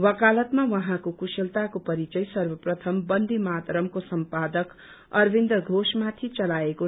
वकालतमा उहाँको कुशलताको परिचय सर्वप्रथम बन्देमातरमको सम्पादक अरबिन्द घोषमाथि चलाकऐ